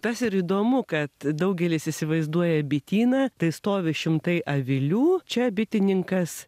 tas ir įdomu kad daugelis įsivaizduoja bityną tai stovi šimtai avilių čia bitininkas